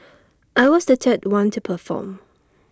I was the third one to perform